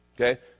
Okay